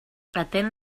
atén